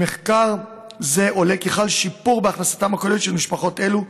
ממחקר זה עולה כי חל שיפור בהכנסתן הכוללת של משפחות אלו,